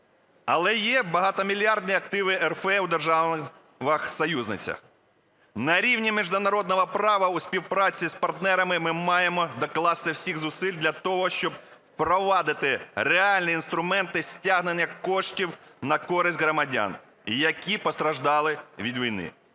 Але є багатомільярдні активи РФ у державах-союзницях. На рівні міжнародного права у співпраці з партнерами ми маємо докласти всіх зусиль для того, щоб впровадити реальні інструменти стягнення коштів на користь громадян, які постраждали від війни.